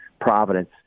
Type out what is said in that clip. Providence